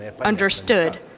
understood